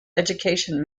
education